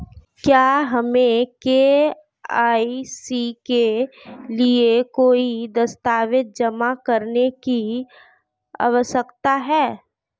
क्या हमें के.वाई.सी के लिए कोई दस्तावेज़ जमा करने की आवश्यकता है?